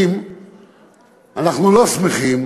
אנחנו לא שמחים,